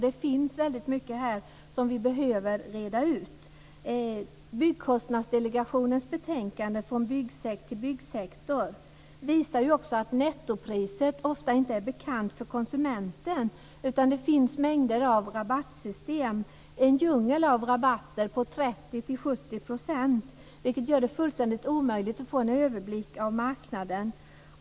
Det finns mycket som behöver redas ut. Byggkostnadsdelegationens betänkande Från byggsekt till byggsektor visar att nettopriset ofta inte är bekant för konsumenten. Det finns mängder av rabattsystem, med en djungel av rabatter på mellan 30 och 70 %. Det gör att det är fullständigt omöjligt att få en överblick över marknaden.